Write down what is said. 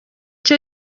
cyo